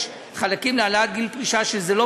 יש חלקים להעלאת גיל הפרישה שזה לא